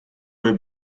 will